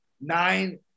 nine